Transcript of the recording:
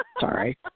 Sorry